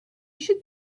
should